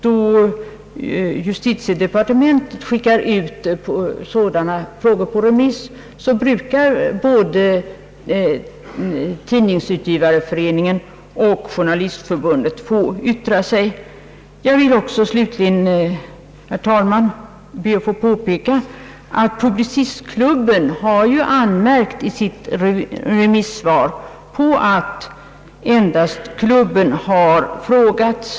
Då justitiedepartementet skickar ut sådana här frågor på remiss, brukar både Tidningsutgivareföreningen och Journalistförbundet få yttra sig. Jag ber också, herr talman, att få påpeka att Publicistklubben i sitt remissvar har anmärkt på att endast klubben har tillfrågats.